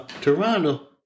Toronto